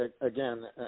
again